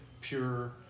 pure